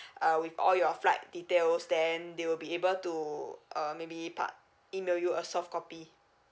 uh with all your flight details then they will be able to uh maybe part~ email you a soft copy